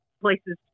places